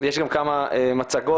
יש גם כמה מצגות,